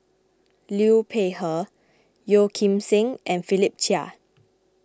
Liu Peihe Yeo Kim Seng and Philip Chia